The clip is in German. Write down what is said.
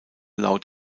laut